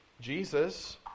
Jesus